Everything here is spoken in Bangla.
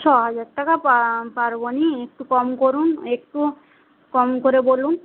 ছ হাজার টাকা পারবনা একটু কম করুন একটু কম করে বলুন